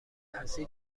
هستی